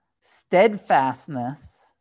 steadfastness